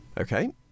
Okay